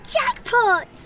Jackpot